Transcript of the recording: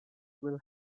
will